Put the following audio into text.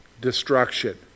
destruction